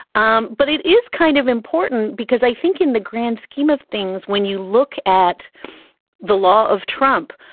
um but it is kind of important because i think in the grand scheme of things, when you look at the law of trump,